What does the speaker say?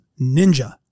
ninja